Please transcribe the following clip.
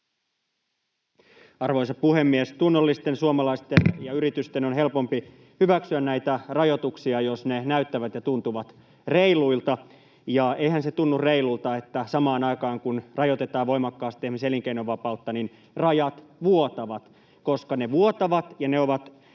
Arvoisa puhemies! Tunnollisten suomalaisten ja yritysten on helpompi hyväksyä näitä rajoituksia, jos ne näyttävät ja tuntuvat reiluilta. Ja eihän se tunnu reilulta, että samaan aikaan, kun rajoitetaan voimakkaasti esimerkiksi elinkeinovapautta, rajat vuotavat, koska ne vuotavat ja ne ovat